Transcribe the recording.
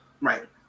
Right